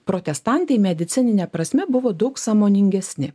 protestantai medicinine prasme buvo daug sąmoningesni